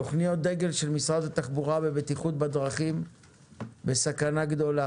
תכניות דגל של משרד התחבורה ובטיחות בדרכים בסכנה גדולה,